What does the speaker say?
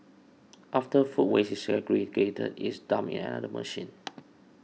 after food waste is segregated it is dumped in another machine